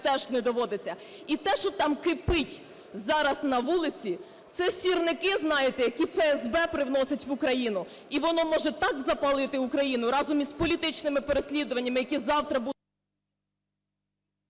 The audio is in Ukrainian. теж не доводиться. І те, що там кипить зараз на вулиці, – це сірники, знаєте, які ФСБ привносить в Україну. І воно може так запалити Україну разом із політичними переслідуваннями, які завтра будуть...